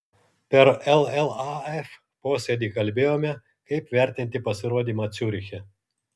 per llaf posėdį kalbėjome kaip vertinti pasirodymą ciuriche